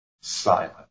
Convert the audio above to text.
silent